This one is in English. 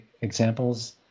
examples